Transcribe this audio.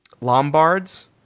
Lombards